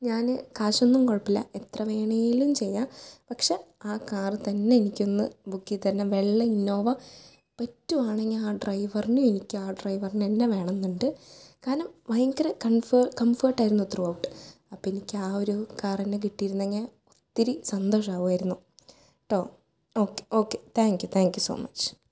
ഞാൻ കാശൊന്നും കുഴപ്പമില്ല എത്ര വേണമെങ്കിലും ചെയ്യാം പക്ഷേ ആ കാറിൽ തന്നെ എനിക്കൊന്ന് ബുക്ക് ചെയ്ത് തരണം വെള്ള ഇന്നോവ പറ്റുവാണെങ്കിൽ ആ ഡ്രൈവറിനെ എനിക്ക് ആ ഡ്രൈവറിനെ തന്നെ വേണമെന്നുണ്ട് കാരണം ഭയങ്കര കംഫ കംഫർട്ട് ആയിരുന്നു ത്രൂഔട്ട് അപ്പം എനിക്ക് ആ ഒരു കാർ തന്നെ കിട്ടിയിരുന്നെങ്കിൽ ഒത്തിരി സന്തോഷമായിരുന്നു കേട്ടോ okay okay thank you thank you so much